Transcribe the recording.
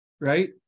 right